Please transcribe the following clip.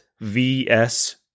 VS